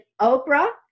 Oprah